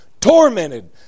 tormented